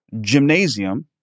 gymnasium